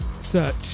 Search